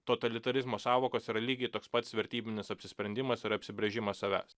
totalitarizmo sąvokos yra lygiai toks pats vertybinis apsisprendimas ir apsibrėžimas savęs